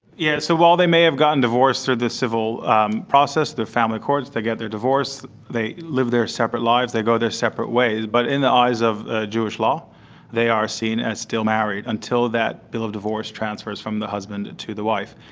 yes, so while they may have gotten divorced through the civil um process, the family courts, they get their divorce, they live their separate lives, they go their separate ways, but in the eyes of jewish law they are seen as still married until that bill of divorce transfers from the husband and to the wife.